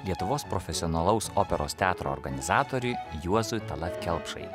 lietuvos profesionalaus operos teatro organizatoriui juozui tallat kelpšai